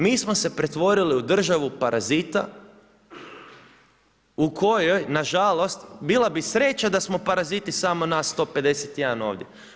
Mi smo se pretvorili u državu parazita u kojoj, nažalost, bila bi sreća da smo paraziti samo nas 151 ovdje.